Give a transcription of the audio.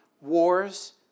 wars